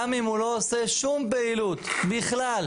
גם אם הוא לא עושה שום פעילות בכלל,